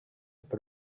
per